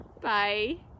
Bye